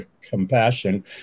compassion